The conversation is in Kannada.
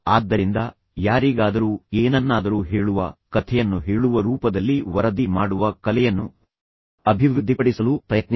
ಆದ್ದರಿಂದ ಯಾರಿಗಾದರೂ ಏನನ್ನಾದರೂ ಹೇಳುವ ಕಥೆಯನ್ನು ಹೇಳುವ ರೂಪದಲ್ಲಿ ವರದಿ ಮಾಡುವ ಕಲೆಯನ್ನು ಅಭಿವೃದ್ಧಿಪಡಿಸಲು ಪ್ರಯತ್ನಿಸಿ